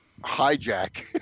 hijack